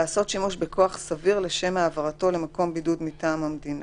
לעשות שימוש בכוח סביר לשם העברתו למקום בידוד מטעם המדינה,